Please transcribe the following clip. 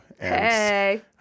Hey